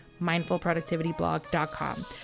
mindfulproductivityblog.com